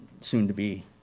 soon-to-be